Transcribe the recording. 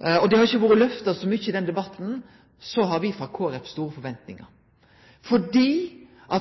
og det har ikkje vore lyfta så mykje i debatten – har me frå Kristeleg Folkeparti store forventingar, fordi